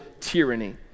tyranny